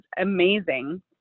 amazing